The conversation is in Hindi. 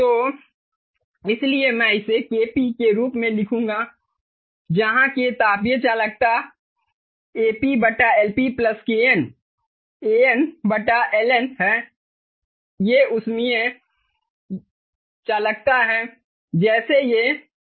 तो इसलिए मैं इसे KP के रूप में लिखूंगा जहां K तापीय चालकता AP LP KN AN LN है ये उसमें ऊष्मीय चालकता हैं जैसे ये विद्युत प्रतिरोध हैं